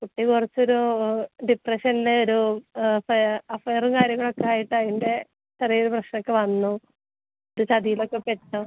കുട്ടി കുറച്ചൊരു ഡിപ്പ്രഷൻ്റെയൊരു അഫ അഫയറും കാര്യങ്ങളുമൊക്കെ ആയിട്ടയിൻ്റെ ചെറിയൊരു പ്രശ്നമൊക്കെ വന്നു ഒരു ചതീലൊക്കെ പെട്ടു